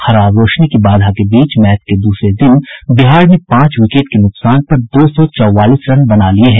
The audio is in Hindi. खराब रोशनी की बाधा के बीच मैच के दूसरे दिन बिहार ने पांच विकेट के नुकसान पर दो सौ चौवालीस रन बना लिये हैं